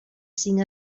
cinc